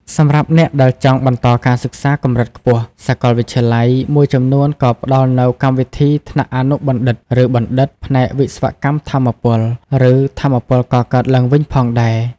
សម្រាប់អ្នកដែលចង់បន្តការសិក្សាកម្រិតខ្ពស់ សាកលវិទ្យាល័យមួយចំនួនក៏ផ្តល់នូវ កម្មវិធីថ្នាក់អនុបណ្ឌិត ឬបណ្ឌិត ផ្នែកវិស្វកម្មថាមពល ឬថាមពលកកើតឡើងវិញផងដែរ។